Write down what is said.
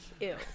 Ew